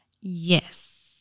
yes